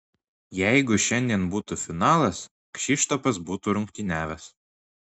jeigu šiandien būtų finalas kšištofas būtų rungtyniavęs